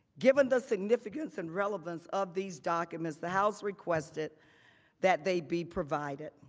given the syndicates and relevance of these documents, the house requested that they be provided.